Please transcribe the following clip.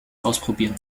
ausprobieren